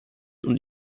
und